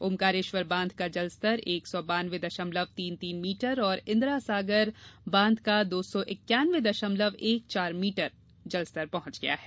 ओंकारेश्वर बांध का जलस्तर एक सौ बानवे दशमलव तीन तीन मीटर और इंदिरा सागर बांध का दो सौ इक्यावन दशमलव एक चार मीटर पहंच गया है